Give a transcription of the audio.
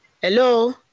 Hello